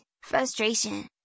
frustration